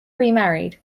remarried